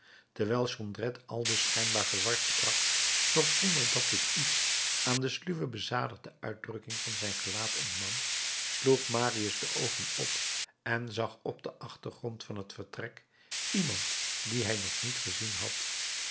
terwijl jondrette aldus schijnbaar verward sprak doch zonder dat dit iets aan de sluwe bezadigde uitdrukking van zijn gelaat ontnam sloeg marius de oogen op en zag op den achtergrond van het vertrek iemand dien hij nog niet gezien had